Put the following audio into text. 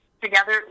Together